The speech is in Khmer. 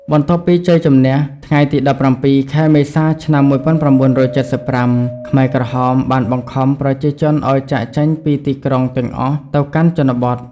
បន្ទាប់ពីជ័យជម្នះថ្ងៃទី ១៧ ខែមេសា ឆ្នាំ ១៩៧៥ ខ្មែរក្រហមបានបង្ខំប្រជាជនឱ្យចាកចេញពីទីក្រុងទាំងអស់ទៅកាន់ជនបទ។